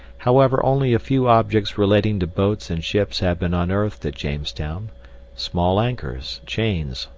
however, only a few objects relating to boats and ships have been unearthed at jamestown small anchors, chains,